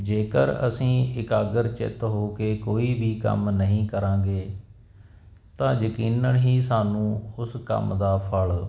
ਜੇਕਰ ਅਸੀਂ ਇਕਾਗਰ ਚਿੱਤ ਹੋ ਕੇ ਕੋਈ ਵੀ ਕੰਮ ਨਹੀਂ ਕਰਾਂਗੇ ਤਾਂ ਯਕੀਨਨ ਹੀ ਸਾਨੂੰ ਉਸ ਕੰਮ ਦਾ ਫਲ